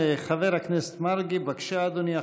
חבר הכנסת מרגי, בבקשה, אדוני.